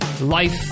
life